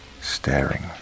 staring